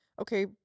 okay